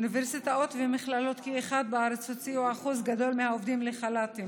אוניברסיטאות ומכללות כאחד בארץ הוציאו אחוז גדול מהעובדים לחל"ת.